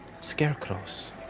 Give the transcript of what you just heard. Scarecrows